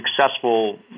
successful